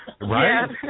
Right